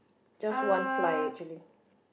just one fly actually